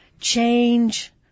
change